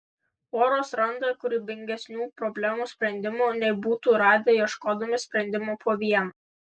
poros randa kūrybingesnių problemų sprendimų nei būtų radę ieškodami sprendimo po vieną